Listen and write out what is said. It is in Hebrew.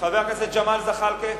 חבר הכנסת ג'מאל זחאלקה.